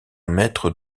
mètre